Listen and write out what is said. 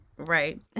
Right